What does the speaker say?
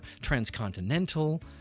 transcontinental